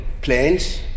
planes